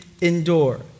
endure